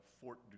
Fort